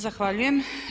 Zahvaljujem.